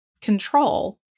control